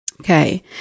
Okay